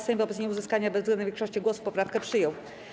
Sejm wobec nieuzyskania bezwzględnej większości głosów poprawkę przyjął.